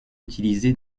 utilisé